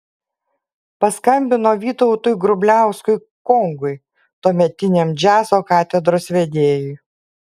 paskambino vytautui grubliauskui kongui tuometiniam džiazo katedros vedėjui